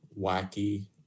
wacky